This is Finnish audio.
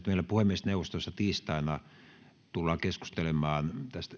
meillä puhemiesneuvostossa tiistaina tullaan keskustelemaan